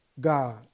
God